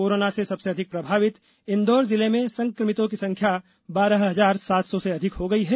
corona से सबसे अधिक प्रभावित इंदौर जिले में संक्रमितों की संख्या बारह हजार सात सौ से अधिक हो गई है